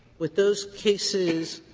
would those cases